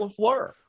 LaFleur